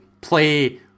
play